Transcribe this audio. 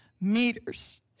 meters